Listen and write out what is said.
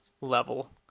level